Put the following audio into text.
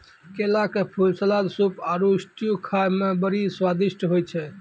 केला के फूल, सलाद, सूप आरु स्ट्यू खाए मे बड़ी स्वादिष्ट होय छै